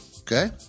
okay